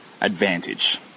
advantage